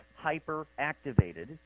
hyperactivated